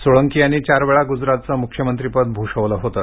सोळंकी यांनी चार वेळा गुजरातचं मुख्यमंत्रीपद भूषवलं होतं